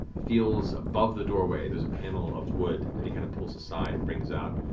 feels above the doorway. there's a panel of wood that he kind of pulls aside and brings out.